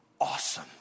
Awesome